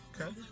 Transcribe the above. Okay